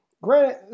granted